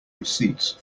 receipts